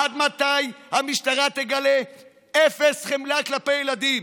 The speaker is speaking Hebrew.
עד מתי המשטרה תגלה אפס חמלה כלפי ילדים?